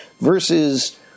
versus